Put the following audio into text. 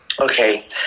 Okay